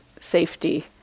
safety